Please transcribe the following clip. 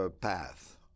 Path